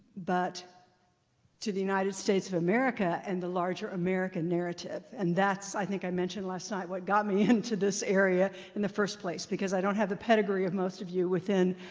but to the united states of america and the larger american narrative. and that's, i think i mentioned last night, what got me into this area in the first place, because i don't have the pedigree of most of you within